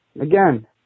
Again